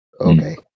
okay